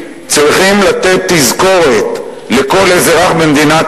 צריכים לתת תזכורת לכל אזרח במדינת